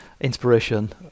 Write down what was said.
inspiration